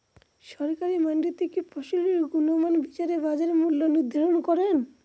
সরকারি মান্ডিতে কি ফসলের গুনগতমান বিচারে বাজার মূল্য নির্ধারণ করেন?